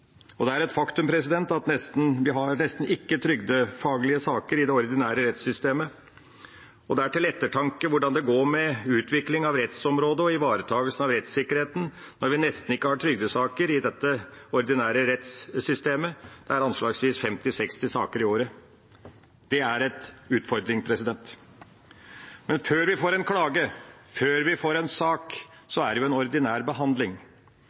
Det er et faktum at vi nesten ikke har trygdefaglige saker i det ordinære rettssystemet. Det er til ettertanke hvordan det går med utvikling av rettsområde og ivaretakelse av rettssikkerheten, når vi nesten ikke har trygdesaker i dette ordinære rettssystemet. Det er anslagsvis 50–60 saker i året. Det er en utfordring. Men før vi får en klage, før vi får en sak, er det en ordinær behandling,